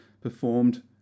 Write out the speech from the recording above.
performed